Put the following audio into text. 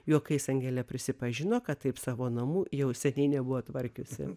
juokais angelė prisipažino kad taip savo namų jau seniai nebuvo tvarkiusi